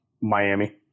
Miami